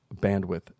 bandwidth